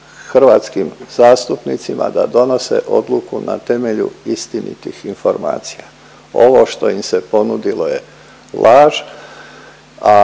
hrvatskim zastupnicima da donose odluku na temelju istinitih informacija. Ovo što ime se ponudilo je laž, a